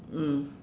mm